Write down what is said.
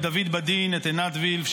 את דוד בדין ואת עינת וילף,